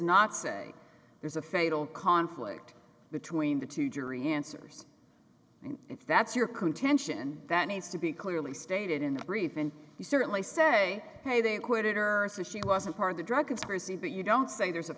not say there's a fatal conflict between the two jury answers if that's your contention that needs to be clearly stated in the briefing you certainly say hey they acquitted or she wasn't part of the drug conspiracy but you don't say there's a